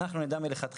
אנחנו נדע מלכתחילה,